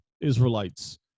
Israelites